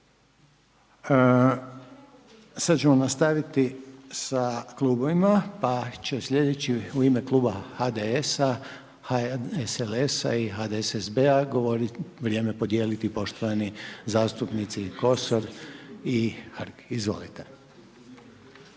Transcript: Sada ćemo nastaviti sa klubovima pa će sljedeći u ime kluba HDS-a, HSLS-a i HDSSB-a vrijeme podijeliti poštovani zastupnici Kosor i Hrg. Izvolite.